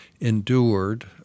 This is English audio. endured